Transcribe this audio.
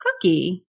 Cookie